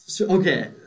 Okay